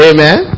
Amen